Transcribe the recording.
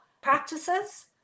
practices